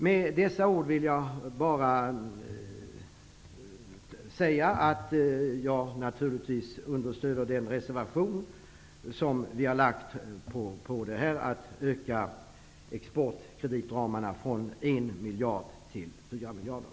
Med dessa ord vill jag bara säga att jag naturligtvis understöder vår reservation om att öka ramen för exportkreditgarantier från 1 miljard till 4 miljarder.